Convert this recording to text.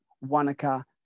Wanaka